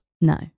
No